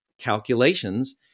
calculations